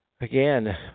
Again